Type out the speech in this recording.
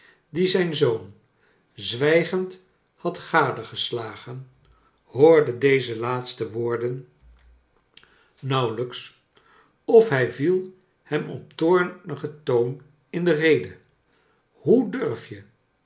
die ziju zoon zwijgend had gad eges lagen hoorde dcze laatste woorden charles dickens nauwelijks of hij viel hem op toornigen toon in de rede hoe durf je